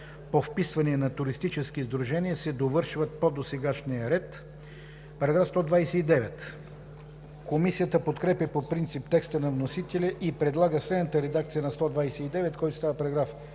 по вписвания на туристически сдружения се довършват по досегашния ред.“ Комисията подкрепя по принцип текста на вносителя и предлага следната редакция на § 129, който става § 127: